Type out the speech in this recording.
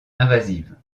invasives